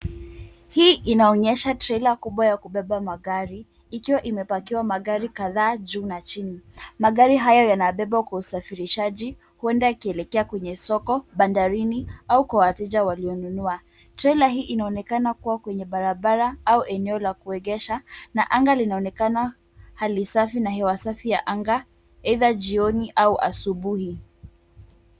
Hii inaonyesha trela kubwa ya kubeba magari, ikiwa imepakiwa magari kadhaa juu na chini. Magari hayo yanabeba kwa usafirishaji, huenda yakielekea kwenye soko, bandarini, au kwa wateja walionunua. Trela hii inaonekana kuwa kwenye barabara au eneo la kuegesha, na anga linaonekana halisafi na hewasafi ya anga either jioni au asubuhi.